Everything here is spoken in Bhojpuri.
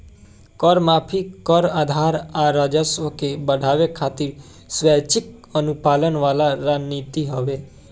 कर माफी, कर आधार आ राजस्व के बढ़ावे खातिर स्वैक्षिक अनुपालन वाला रणनीति हवे